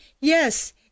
Yes